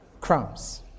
crumbs